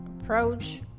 approach